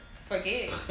Forget